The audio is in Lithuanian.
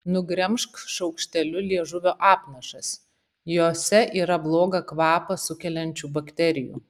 nugremžk šaukšteliu liežuvio apnašas jose yra blogą kvapą sukeliančių bakterijų